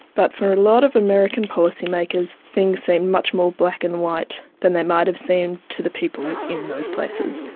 but for a lot of american policymakers, things seemed much more black-and-white than they might have seemed to the people in those places.